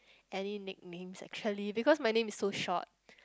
any nicknames actually because my name is so short